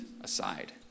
aside